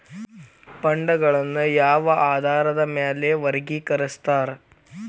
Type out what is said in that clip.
ಫಂಡ್ಗಳನ್ನ ಯಾವ ಆಧಾರದ ಮ್ಯಾಲೆ ವರ್ಗಿಕರಸ್ತಾರ